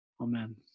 amen